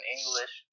English